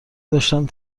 داشتم